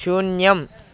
शून्यम्